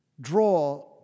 draw